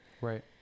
Right